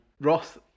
Ross